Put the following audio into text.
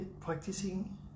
practicing